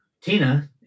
Tina